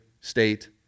state